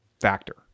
factor